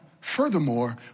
furthermore